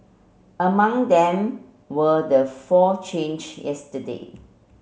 among them were the four change yesterday